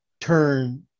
turn